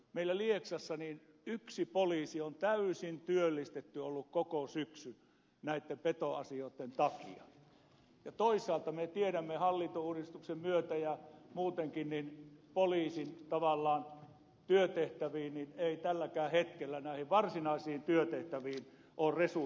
meillä lieksassa yksi poliisi on täysin työllistetty ollut koko syksyn näitten petoasioitten takia ja toisaalta me tiedämme hallintouudistuksen myötä ja muutenkin että poliisin työtehtäviin tavallaan ei tälläkään hetkellä näihin varsinaisiin työtehtäviin ole resursseja riittävästi